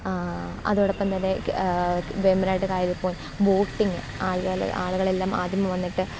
അതോടൊപ്പംതന്നെ വേമ്പനാട്ട് കായലിൽ പോയി ബോട്ടിങ്ങ് ആളുകൾ ആളുകളെല്ലാം ആദ്യം വന്നിട്ട്